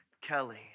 Kelly